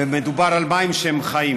ומדובר במים שהם חיים,